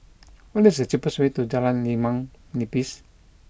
what is the cheapest way to Jalan Limau Nipis